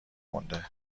مونده